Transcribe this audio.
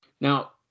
Now